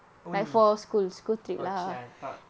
only oh !chey! I thought